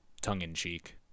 tongue-in-cheek